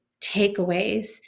takeaways